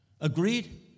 Agreed